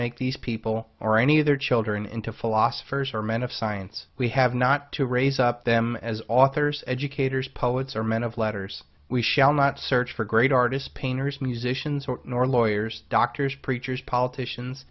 make these people or any of their children into philosophers or men of science we have not to raise up them as authors educators poets or men of letters we shall not search for great artists painters musicians nor lawyers doctors preachers politicians